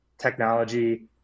technology